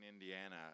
Indiana